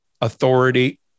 authority